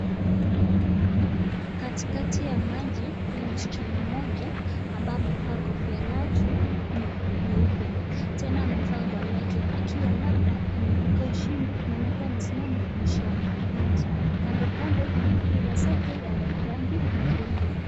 Katikati ya maji, huyu msichana moja ambaye amevaa kofia lake nyeupe. Tena amevaa nguo lake akiwa labda ameibuka ushindi, maanake amesimama mwisho wa maji. Kandokando kuna mabirasi yake ya rangi rangi nyekundu.